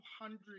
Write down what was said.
hundred